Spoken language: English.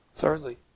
Thirdly